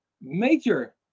major